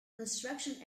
construction